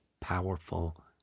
powerful